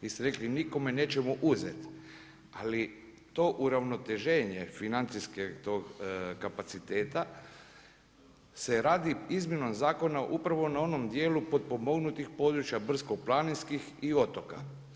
Vi ste rekli nikome nećemo uzeti, ali to uravnoteženje financijskog kapaciteta se radi izmjena zakona upravo na onom dijelu potpomognutih područja brdsko-planinskih i otoka.